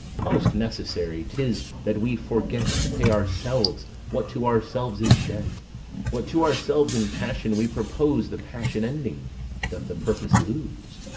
most necessary tis that we forget to pay ourselves what to ourselves is debt what to ourselves in passion we propose, the passion ending, doth the purpose lose.